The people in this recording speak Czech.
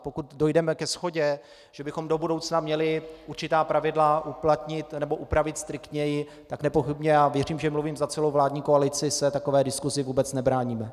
Pokud dojdeme ke shodě, že bychom do budoucna měli určitá pravidla uplatnit nebo upravit striktněji, tak nepochybně, věřím, že mluvím za celou vládní koalici, se takové diskusi vůbec nebráníme.